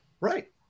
Right